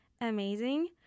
amazing